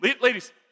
ladies